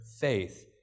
faith